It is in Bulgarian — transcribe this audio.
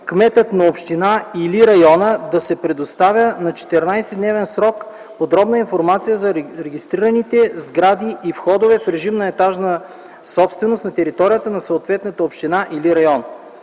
кметът на община или район да предоставя в 14 дневен срок подробна информация за регистрираните сгради и входове в режим на етажна собственост на територията на съответната община или район.